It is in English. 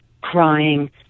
crying